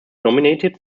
nominated